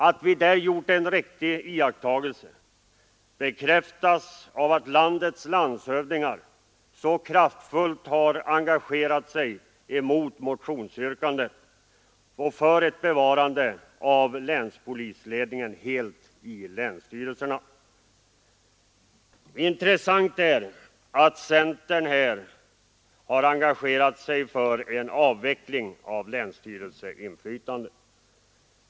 Att vi där gjort en riktig iakttagelse bekräftas av att landets landshövdingar så kraftfullt har engagerat sig i motståndet mot motionsyrkandet och för ett fullständigt bevarande av länspolisledningen i länsstyrelserna. Intressant är att centern har engagerat sig i en avveckling av länsstyrelseinflytandet.